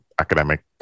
academic